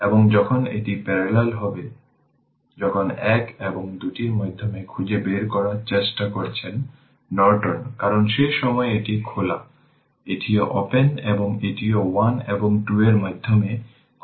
এবং যখন এটি প্যারালেল হবে যখন এক এবং দুটি মধ্যে খুঁজে বের করার চেষ্টা করছেন নর্টন কারণ সেই সময়ে এটি খোলা এটিও ওপেন এবং এটিও 1 এবং 2 এর মধ্যে খুঁজে বের করতে হবে